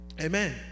Amen